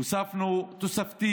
הוספנו תקציב תוספתי,